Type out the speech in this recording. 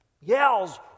yells